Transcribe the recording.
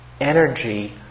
energy